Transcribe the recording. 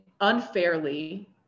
unfairly